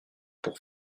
pour